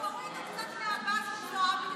להוציא אותו מייד.